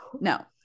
no